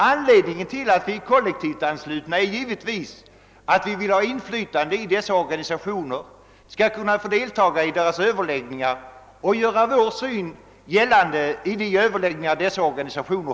Anledningen till att vi är kollektivt anslutna är givetvis att vi vill ha inflytande i dessa organisationer, att vi vill kunna delta i deras överläggningar och göra vår syn gällande. Så enkel är saken.